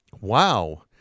Wow